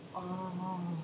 orh